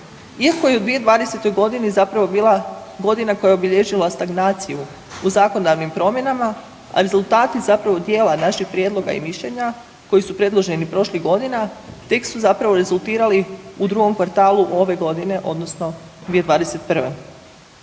Iako je u 2020. g. zapravo bila godina koje obilježila stagnaciju u zakonodavnim promjenama, a rezultati zapravo dijela našeg prijedloga i mišljenja koji su predloženi prošlih godina, tek su zapravo rezultirali u drugom kvartalu ove godine, odnosno 2021. O